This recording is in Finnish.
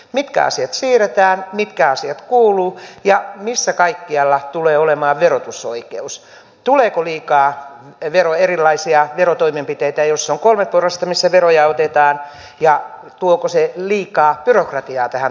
mitkä asiat siirretään mitkä asiat kuuluvat ja missä kaikkialla tulee olemaan verotusoikeus tuleeko liikaa erilaisia verotoimenpiteitä jos se on kolme porrasta missä veroja otetaan ja tuoko se liikaa byrokratiaa tähän toimintaan mukaan